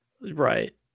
Right